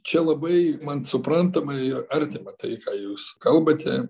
čia labai man suprantamai artima tai ką jūs kalbate